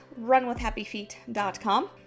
runwithhappyfeet.com